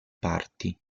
parti